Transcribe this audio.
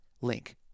link